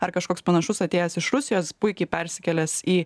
ar kažkoks panašus atėjęs iš rusijos puikiai persikėlęs į